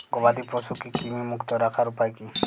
গবাদি পশুকে কৃমিমুক্ত রাখার উপায় কী?